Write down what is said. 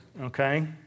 okay